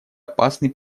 опасный